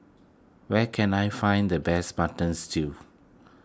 where can I find the best Button Stew